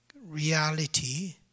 reality